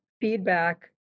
feedback